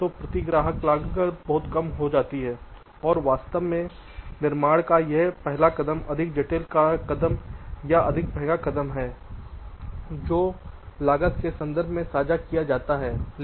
तो प्रति ग्राहक लागत बहुत कम हो जाती है और वास्तव में निर्माण का यह पहला कदम अधिक जटिल कदम या अधिक महंगा कदम है जो लागत के संदर्भ में साझा किया जाता है